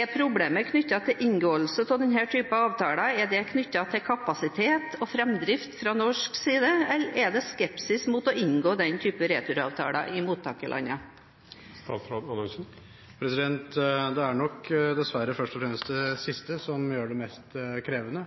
Er problemet knyttet til inngåelse av denne typen avtaler knyttet til kapasiteten og framdriften fra norsk side, eller er det skepsis mot å inngå denne type returavtaler i mottakerlandene? Det er nok dessverre først og fremst det siste som gjør det mest krevende.